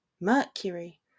mercury